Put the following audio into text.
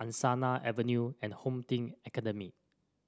Angsana Avenue and Home Team Academy